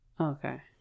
Okay